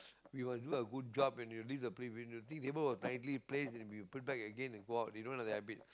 we must do a good job when you leave the place when you nicely place then you put back again and go out they don't have the habit